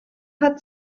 hat